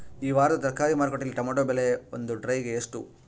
ಈ ವಾರದ ತರಕಾರಿ ಮಾರುಕಟ್ಟೆಯಲ್ಲಿ ಟೊಮೆಟೊ ಬೆಲೆ ಒಂದು ಟ್ರೈ ಗೆ ಎಷ್ಟು?